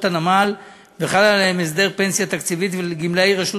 הנמל וחל עליהם הסדר פנסיה תקציבית ולגמלאי רשות